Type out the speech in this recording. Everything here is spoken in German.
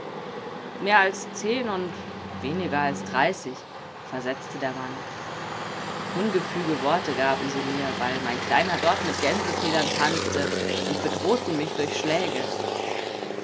mehr als zehn und weniger als dreißig versetzte der mann ungefüge worte gaben sie mir weil mein kleiner dort mit gänsefedern tanzte und bedrohten mich durch schläge